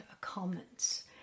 comments